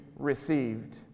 received